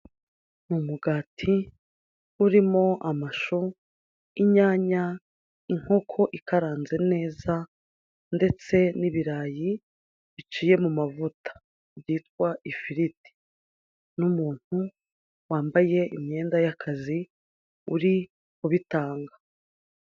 Umugati urimo amashu, inyanya, inkoko ikaranze neza, ndetse n'ibirayi biciye mumavuta byitwa ifiriti, n'umuntu wambaye imyenda y'akazi uri kubitanga.